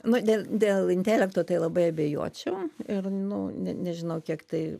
nu dėl dėl dėl intelekto tai labai abejočiau ir nu ne nežinau kiek tai